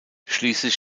schließlich